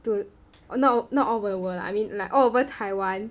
to not not all over the world lah I mean like all over Taiwan